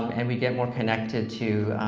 and we get more connected to,